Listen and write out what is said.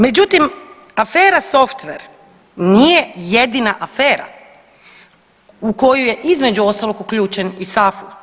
Međutim, afera softver nije jedina afera u koju je između ostalog uključen i SAFU.